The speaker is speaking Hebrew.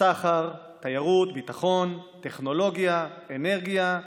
סחר, תיירות, ביטחון, טכנולוגיה, אנרגיה,